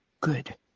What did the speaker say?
good